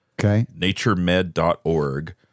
Naturemed.org